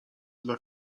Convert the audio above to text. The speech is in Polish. dla